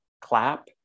clap